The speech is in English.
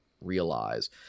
realize